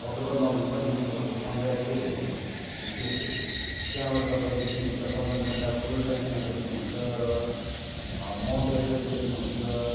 October November डिसेम्बरको sunrise चाहिँ हेर्नुहोस् विशेष चाहिँ त्यहाँबाट तपाईँले देख्नुहुन्छ कञ्चनजङ्घा फुल रेन्जमा देख्नुहुन्छ र माउन्ट एभरेस्ट देख्नु हुन्छ